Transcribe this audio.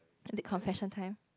is it confession time